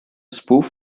spoof